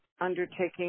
undertaking